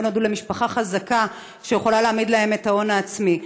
נולדו למשפחה חזקה שיכולה להעמיד להם את ההון העצמי.